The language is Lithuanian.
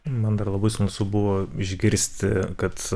man dar labai smalsu buvo išgirsti kad